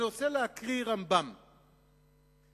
אני רוצה להקריא מדברי הרמב"ם,